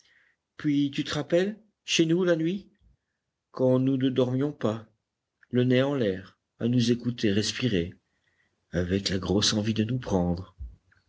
puis tu te rappelles chez nous la nuit quand nous ne dormions pas le nez en l'air à nous écouter respirer avec la grosse envie de nous prendre